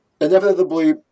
Inevitably